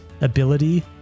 ability